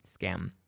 scam